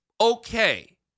okay